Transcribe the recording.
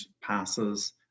passes